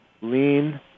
lean